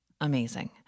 Amazing